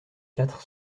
quatre